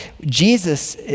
Jesus